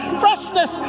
freshness